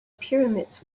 pyramids